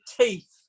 teeth